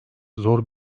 zor